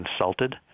insulted